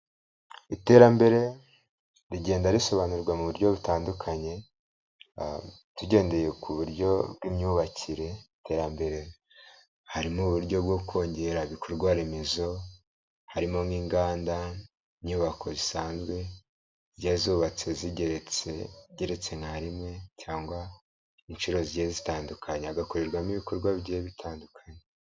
Iterambere rigenda risobanurwa mu buryo butandukanye, tugendeye ku buryo bw'imyubakire, iterambere harimo uburyo bwo kongera ibikorwa remezo, harimo n'inganda ,inyubako zisanzwe, zigiye zubatse zigeretse, zigeretse na rimwe cyangwa inshuro zigiye zitandukanye hagakorerwamo ibikorwa bigiye bitandukanye.